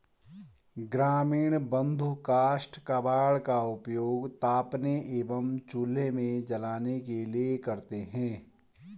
ग्रामीण बंधु काष्ठ कबाड़ का उपयोग तापने एवं चूल्हे में जलाने के लिए करते हैं